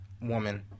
woman